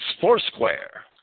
Foursquare